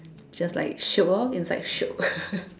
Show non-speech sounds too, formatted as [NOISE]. just like shiok orh it's like shiok [LAUGHS]